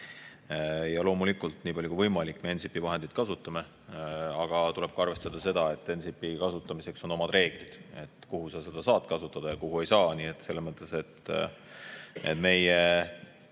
Ja loomulikult, nii palju kui võimalik me NCIP‑i vahendeid kasutame. Aga tuleb arvestada seda, et NCIP‑i kasutamiseks on omad reeglid, kuhu seda saab kasutada ja kuhu ei saa. Nii et selles mõttes meie